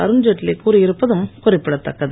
அருண்ஜேட்லி கூறியிருப்பதும் குறிப்பிடத்தக்கது